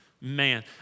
man